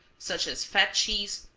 such as fat cheese,